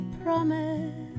promise